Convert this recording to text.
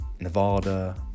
Nevada